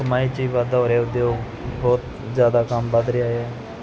ਕਮਾਈ 'ਚ ਵੀ ਵਾਧਾ ਹੋ ਰਿਹਾ ਹੈ ਉਦਯੋਗ ਬਹੁਤ ਜ਼ਿਆਦਾ ਕੰਮ ਵੱਧ ਰਿਹਾ ਆ